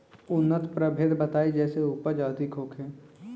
उन्नत प्रभेद बताई जेसे उपज अधिक होखे?